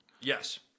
Yes